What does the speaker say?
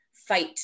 fight